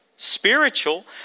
Spiritual